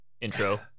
intro